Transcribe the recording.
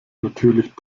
natürlich